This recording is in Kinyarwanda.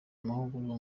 amahugurwa